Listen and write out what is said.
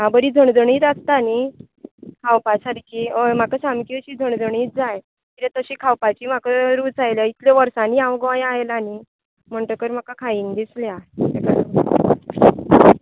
आं बरी झणझणीत आसता न्ही खावपा सारकी हय म्हाका सामकी अशी झणझणीत जाय कित्याक तशी खावपाची म्हाका रूच आयला इतल्या वर्सांनी हांव गोंयांत आयलां न्ही म्हणटकर म्हाका खायीन दिसल्या ताका लागून